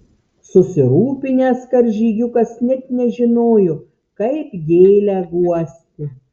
susirūpinęs karžygiukas net nežinojo kaip gėlę guosti